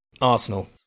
Arsenal